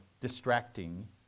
distracting